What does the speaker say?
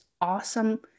awesome